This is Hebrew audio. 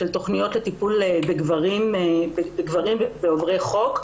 של תכניות לטיפול בגברים עוברי חוק.